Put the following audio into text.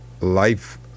Life